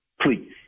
please